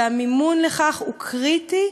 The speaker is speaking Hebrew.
והמימון לכך הוא קריטי,